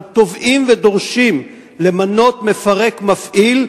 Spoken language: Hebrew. אנחנו תובעים ודורשים למנות מפרק מפעיל,